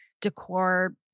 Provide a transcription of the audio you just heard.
decor